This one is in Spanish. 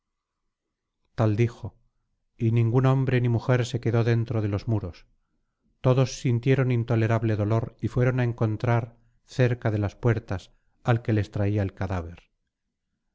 tal dijo y ningún hombre ni mujer se quedó dentro de los muros todos sintieron intolerable dolor y fueron á encontrar cerca de las puertas al que les traía el cadáver